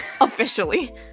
Officially